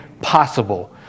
possible